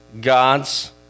God's